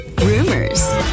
rumors